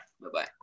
Bye-bye